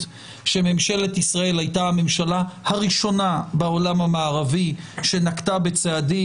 שממשלת ישראל הייתה הממשלה הראשונה בעולם המערבי שנקטה בצעדים